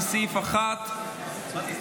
לסעיף 1. יבגני,